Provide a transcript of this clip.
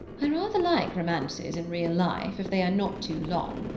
i rather like romances in real life, if they are not too long,